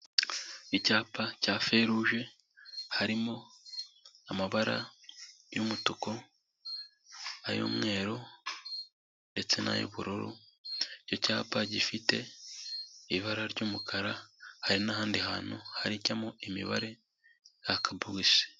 Icyapa cya feruje harimo amabara y'umutuku, ay'umweru ndetse n'ay'ubururu, icyo cyapa gifite ibara ry'umukara, hari n'ahandi hantu hajyamo imibare yaka buwisi.